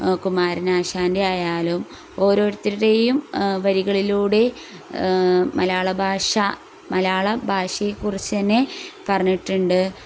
കുമാരനാശാൻ്റെയായാലും ഓരോരുത്തരുടേയും വരികളിലൂടെ മലയാളഭാഷ മലയാള ഭാഷയെക്കുറിച്ചുതന്നെ പറഞ്ഞിട്ടുണ്ട്